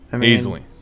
Easily